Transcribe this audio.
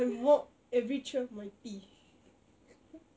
I mop every trail of my pee